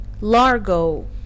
largo